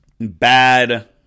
bad